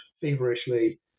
feverishly